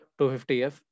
250F